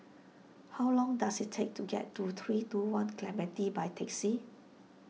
how long does it take to get to three two one Clementi by taxi